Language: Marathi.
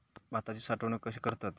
भाताची साठवूनक कशी करतत?